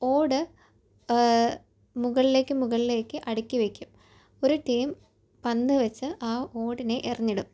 ഓട് മുകളിലേക്ക് മുകളിലേക്ക് അടുക്കി വയ്ക്കും ഒരു ടീം പന്ത് വച്ച് ആ ഓടിനെ എറിഞ്ഞിടും